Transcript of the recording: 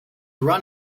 run